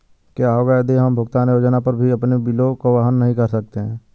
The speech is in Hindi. क्या होगा यदि हम भुगतान योजना पर भी अपने बिलों को वहन नहीं कर सकते हैं?